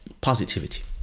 positivity